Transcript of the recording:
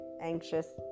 anxious